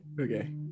okay